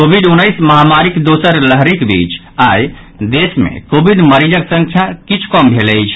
Covid उन्नैस महामारीक दोसर लहरिक बीच आई देश मे कोविड मरीजक संख्या किछु कम भेल अछि